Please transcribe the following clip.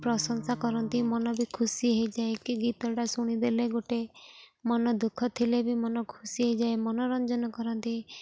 ପ୍ରଶଂସା କରନ୍ତି ମନ ବି ଖୁସି ହେଇଯାଏ କି ଗୀତଟା ଶୁଣିଦେଲେ ଗୋଟେ ମନ ଦୁଃଖ ଥିଲେ ବି ମନ ଖୁସି ହେଇଯାଏ ମନୋରଞ୍ଜନ କରନ୍ତି